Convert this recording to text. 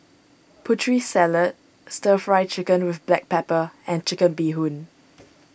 Putri Salad Stir Fry Chicken with Black Pepper and Chicken Bee Hoon